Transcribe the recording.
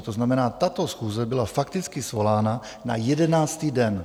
To znamená, že tato schůze byla fakticky svolána na jedenáctý den.